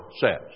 says